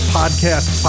podcast